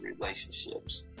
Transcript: relationships